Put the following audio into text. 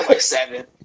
seven